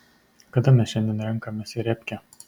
kada mes šiandien renkamės į repkę